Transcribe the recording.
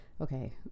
okay